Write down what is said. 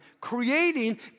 creating